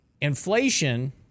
inflation